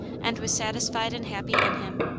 and was satisfied and happy in him.